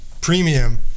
premium